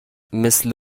مثل